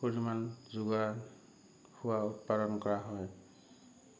পৰিমাণ যোগাৰ খোৱাৰ উৎপাদন কৰা হয়